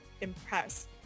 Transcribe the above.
impressed